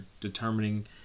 determining